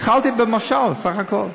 התחלתי במשל בסך הכול.